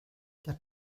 der